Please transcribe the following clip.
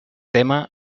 tema